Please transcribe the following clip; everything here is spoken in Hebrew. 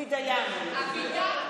עוזי דיין,